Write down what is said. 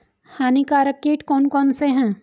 हानिकारक कीट कौन कौन से हैं?